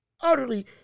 utterly